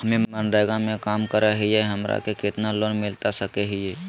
हमे मनरेगा में काम करे हियई, हमरा के कितना लोन मिलता सके हई?